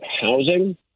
housing